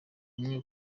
bamwe